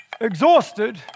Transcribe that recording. exhausted